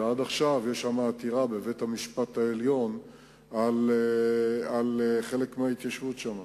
ועד עכשיו יש עתירה בבית-המשפט העליון על חלק מההתיישבות שם.